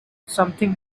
something